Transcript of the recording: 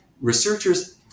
Researchers